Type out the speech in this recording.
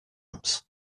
apps